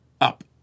up